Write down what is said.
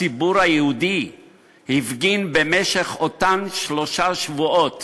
הציבור היהודי הפגין במשך אותם שלושה שבועות